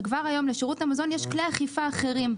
שכבר היום לשירות המזון יש כלי אכיפה אחרים.